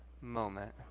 moment